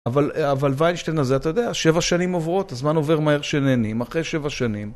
אבל ויינשטיין הזה אתה יודע, שבע שנים עוברות, הזמן עובר מהר שנהנים, אחרי שבע שנים.